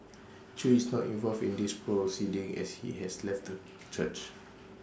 chew is not involved in these proceedings as he has left the church